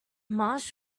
marsh